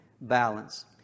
balance